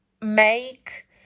make